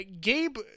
Gabe